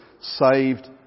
saved